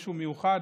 למישהו מיוחד.